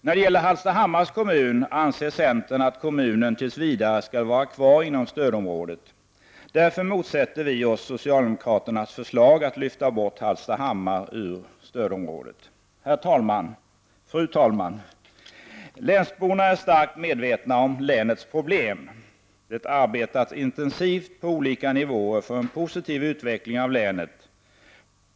När det gäller Hallstahammars kommun anser centern att kommunen tills vidare skall vara kvar inom stödområdet. Därför motsätter vi oss socialdemokraternas förslag att lyfta bort Hallstahammar ur stödområdet. Fru talman! Länsborna är starkt medvetna om länets problem. Det arbetas intensivt på olika nivåer för en positiv utveckling av länet.